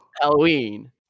Halloween